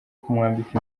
kumwambika